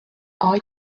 are